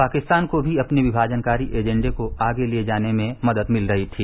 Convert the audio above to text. पाकिस्तान को भी अपने विमाजनकारी एजेंडे को आगे ले जाने में मदद मिल रही थी